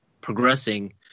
progressing